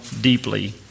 deeply